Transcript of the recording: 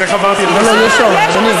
אז איך עברתי עשר דקות?